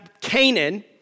Canaan